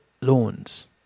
loans